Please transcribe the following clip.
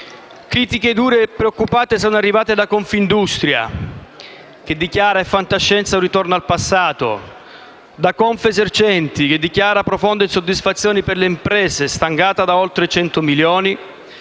Critiche dure e preoccupate sono arrivate da Confindustria, che dichiara: «È fantascienza, un ritorno al passato»; da Confesercenti, che dichiara: «Profonda insoddisfazione per le imprese. Stangata da oltre 100 milioni»